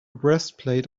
breastplate